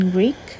Greek